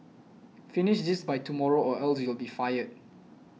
finish this by tomorrow or else you'll be fired